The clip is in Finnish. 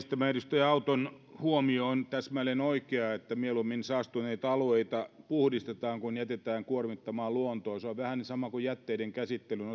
tämä edustaja auton huomio on täsmälleen oikea että mieluummin saastuneita alueita puhdistetaan kuin jätetään kuormittamaan luontoa se on vähän sama tilanne kuin jätteiden käsittelyn